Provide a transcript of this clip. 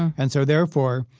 and so therefore,